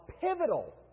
pivotal